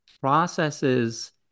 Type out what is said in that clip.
processes